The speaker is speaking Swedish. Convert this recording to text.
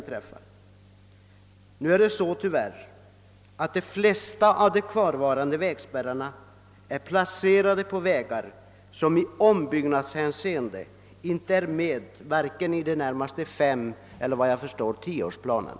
Tyvärr är emellertid de flesta av de kvarvarande vägspärrarna placerade på vägar, som i ombyggnadshänseende inte är medtagna i vare sig de senaste femårsplanerna eller — efter vad jag förstår — tioårsplanerna.